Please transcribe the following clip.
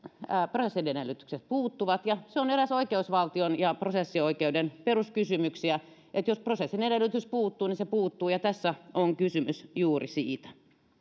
prosessin edellytykset puuttuvat ja se on eräs oikeusvaltion ja prosessioikeuden peruskysymyksiä että jos prosessin edellytys puuttuu niin se puuttuu ja tässä on kysymys juuri siitä